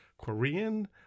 Korean